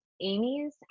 Amy's